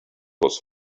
was